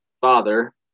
father